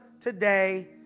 today